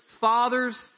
fathers